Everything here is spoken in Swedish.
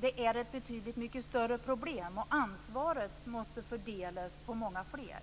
det är ett betydligt mycket större problem, och ansvaret måste fördelas på många fler.